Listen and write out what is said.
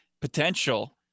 potential